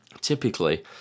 Typically